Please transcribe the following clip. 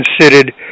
considered